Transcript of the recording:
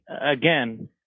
again